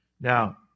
Now